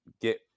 get